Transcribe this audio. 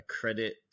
credit